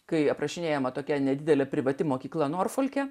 kai aprašinėjama tokia nedidelė privati mokykla norfolke